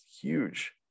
huge